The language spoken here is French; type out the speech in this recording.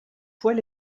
poids